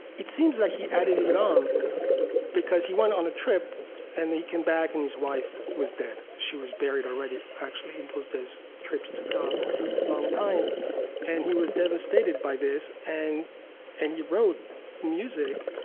it seems like he added it it on because he went on a trip and he came back and his wife was dead. she was buried already, actually. in those days, trips took a long time and he was devastated by this. and and he wrote music,